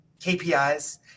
KPIs